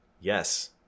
Yes